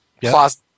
plus